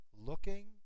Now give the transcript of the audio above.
looking